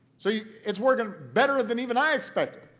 so it's working better than even i expected.